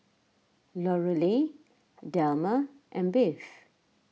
Lorelei Delmer and Bev